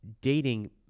dating